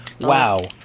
Wow